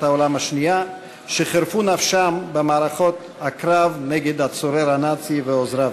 העולם השנייה שחירפו נפשם במערכות הקרב נגד הצורר הנאצי ועוזריו.